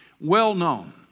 well-known